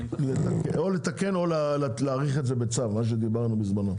או לתקן או להאריך את זה בצו, מה שדיברנו בזמנו.